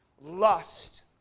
lust